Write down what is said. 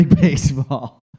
Baseball